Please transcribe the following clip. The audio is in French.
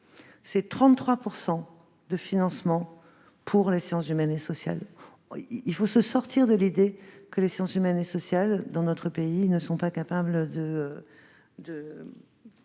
à des projets en sciences humaines et sociales. Il faut sortir de l'idée que les sciences humaines et sociales dans notre pays ne sont pas capables de